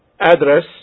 address